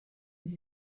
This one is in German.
sie